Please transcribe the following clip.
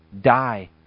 Die